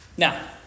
Now